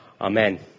Amen